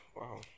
Wow